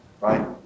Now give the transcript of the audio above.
right